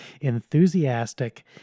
enthusiastic